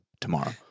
tomorrow